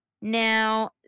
now